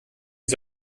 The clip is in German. die